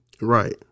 Right